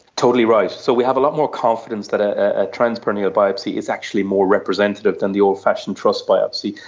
totally right. so we have a lot more confidence that a transperineal biopsy is actually more representative than the old-fashioned trus biopsy.